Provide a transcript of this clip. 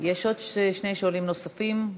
יש עוד שני שואלים נוספים.